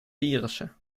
virussen